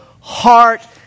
heart